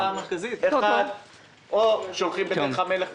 או שהולכים בדרך המלך,